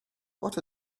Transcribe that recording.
what